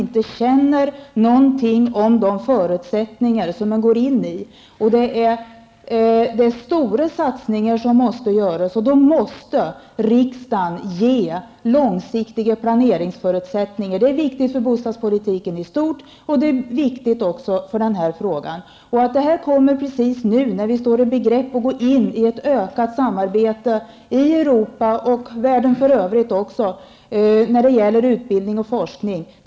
Man känner inte till förutsättningarna, och eftersom det är stora satsningar som skall göras, måste riksdagen ge långsiktiga planeringsförutsättningar. Det är viktigt för bostadspolitiken i stort och också när det gäller den här frågan. Det är mycket olyckligt att problemet med bostäder för gäststuderande kommer upp precis nu när vi står i begrepp att gå in i ett utökat samarbete med Europa och världen i övrigt när det gäller utbildning och forskning.